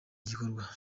gikorwa